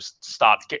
start